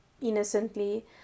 innocently